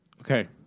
Okay